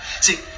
See